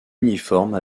uniforme